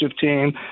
team